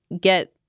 get